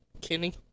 Kenny